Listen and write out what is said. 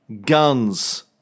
guns